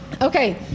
Okay